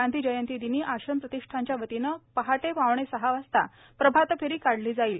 गांधी जयंतीदिनी आश्रम प्रतिष्ठानच्या वतीने पहाटे पावणे सहा वाजता प्रभातफेरी काढली जाईल